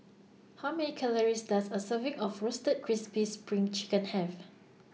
How Many Calories Does A Serving of Roasted Crispy SPRING Chicken Have